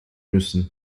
müssen